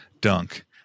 dunk